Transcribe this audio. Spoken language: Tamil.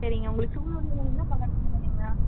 சரிங்க உங்களுக்கு சூலூரில் வேணுங்களா பல்லடத்தில் வேணுங்களா